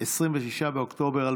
26 באוקטובר 2021,